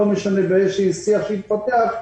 ולא משנה איזה שיח יתפתח,